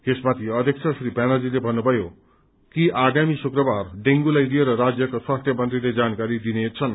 यसमाथि अध्यक्ष श्री ब्यानर्जीले भन्नुभयो आगामी कि शुक्रवार डेगूलाई लिएर राज्यका स्वास्थ्य मन्त्रीले जानकारी दिनेछन्